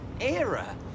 era